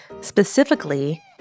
specifically